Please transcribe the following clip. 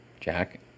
Jack